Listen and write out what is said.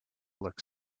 look